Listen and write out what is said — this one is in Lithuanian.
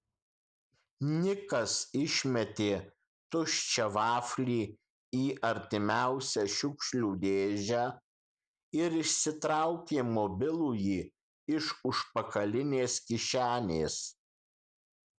nikas išmetė tuščią vaflį į artimiausią šiukšlių dėžę ir išsitraukė mobilųjį iš užpakalinės kišenės